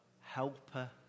Helper